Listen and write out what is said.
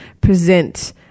present